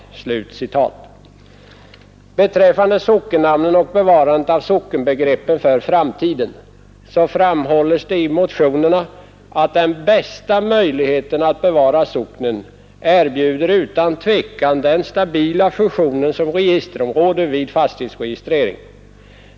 Beträffande sockennamnen och bevarandet av sockenbegreppet för framtiden framhålles i motionerna, att den bästa möjligheten att bevara socknen erbjuder utan tvivel den stabila funktionen som registerområde vid fastighetsregistrering.